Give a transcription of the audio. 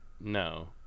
No